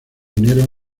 unieron